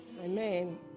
Amen